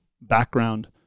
background